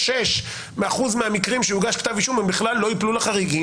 0.996% מהמקרים שבהם יוגש כתב אישום לא ייפלו לחריגים.